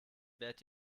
wärt